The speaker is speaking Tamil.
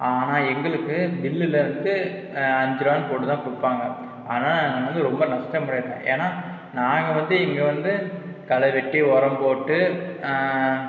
ஆனால் எங்களுக்கு பில்லில் வந்துவிட்டு அஞ்சிரூவானு போட்டு தான் கொடுப்பாங்க ஆனால் வந்து ரொம்ப நஷ்டம் அடைதுதான் ஏன்னா நாங்கள் வந்து இங்கே வந்து களைவெட்டி உரம்போட்டு